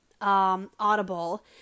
Audible